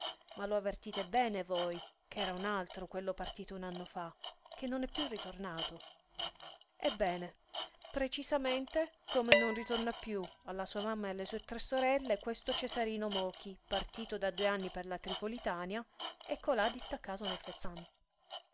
ma lo avvertite bene voi ch'era un altro quello partito un anno fa che non è piú ritornato ebbene precisamente come non ritorna piú alla sua mamma e alle sue tre sorelle questo cesarino mochi partito da due anni per la tripolitania e colà distaccato nel